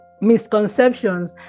misconceptions